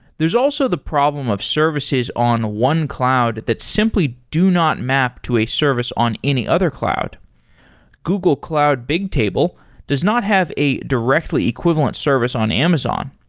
there's also the problem of services on one cloud that simply do not map to a service on any other cloud google cloud bigtable does not have a directly equivalent service on amazon.